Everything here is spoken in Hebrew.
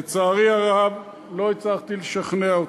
לצערי הרב לא הצלחתי לשכנע אותך,